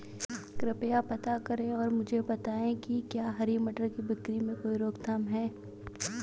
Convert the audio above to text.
कृपया पता करें और मुझे बताएं कि क्या हरी मटर की बिक्री में कोई रोकथाम है?